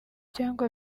cyangwa